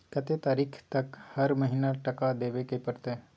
कत्ते तारीख तक हर महीना टका देबै के परतै?